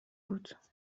بود